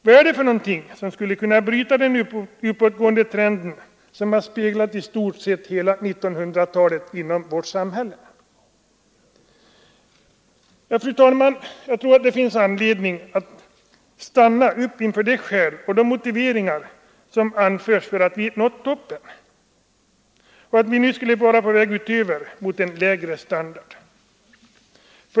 Vad är det för någonting som skulle kunna bryta den uppåtgående trend som präglat i stort sett hela 1900-talet i vårt samhälle? Fru talman! Jag tror att det kan finnas anledning att stanna upp inför de skäl och motiveringar som anförs för att vi har nått toppen och för att vi nu skulle vara på väg utför mot en lägre standard.